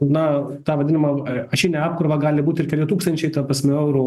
na tą vadinamą ašinę apkrovą gali būt ir keli tūkstančiai ta prasme eurų